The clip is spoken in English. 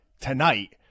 tonight